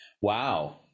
Wow